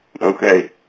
Okay